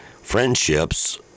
friendships